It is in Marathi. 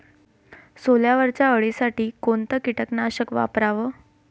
सोल्यावरच्या अळीसाठी कोनतं कीटकनाशक वापराव?